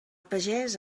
pagès